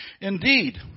Indeed